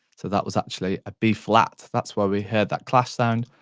so that was actually a b flat, that's why we heard that clash sound,